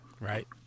Right